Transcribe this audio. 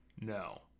No